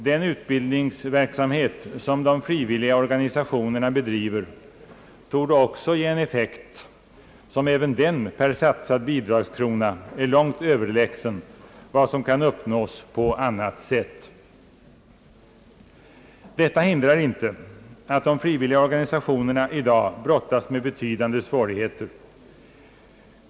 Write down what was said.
Den utbildningsverksamhet som de frivilliga organisationerna bedriver torde också ge en effekt som även den per satsad bidragskrona är långt överlägsen vad som kan uppnås på annat sätt. Detta hindrar inte att de frivilliga organisationerna i dag brottas med betydande svårigheter.